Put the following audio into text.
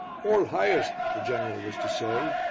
all-highest, the general was to say,